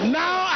now